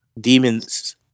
demons